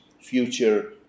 future